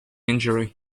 injury